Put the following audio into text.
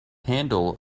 handle